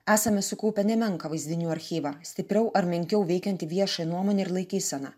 esame sukaupę nemenką vaizdinių archyvą stipriau ar menkiau veikiantį viešą nuomonę ir laikyseną